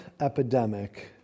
epidemic